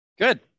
Good